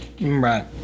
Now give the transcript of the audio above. Right